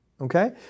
okay